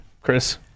chris